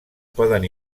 poden